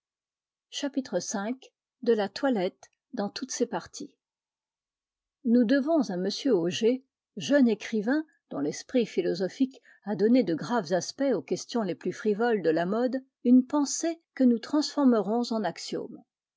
chapitre v de la toilette dans toutes ses parties nous devons à m auger jeune écrivain dont l'esprit philosophique a donné de graves aspects aux questions les plus frivoles de la mode une pensée que nous transformerons en